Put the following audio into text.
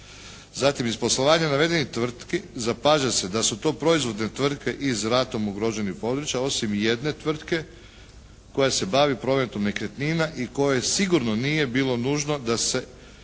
Zatim iz poslovanja navedenih tvrtki zapaža se da su to proizvodne tvrtke iz ratom ugroženih područja osim jedne tvrtke koja se bavi prometom nekretnina i koje sigurno nije bilo nužno da se neplaćena